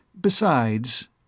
Besides—